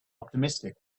optimistic